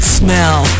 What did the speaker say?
smell